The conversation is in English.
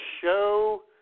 show